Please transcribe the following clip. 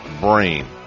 brain